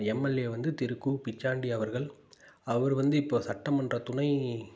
MLA வந்து திரு கு பிச்சாண்டி அவர்கள் அவர் வந்து இப்போ சட்டமன்ற துணை